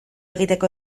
egiteko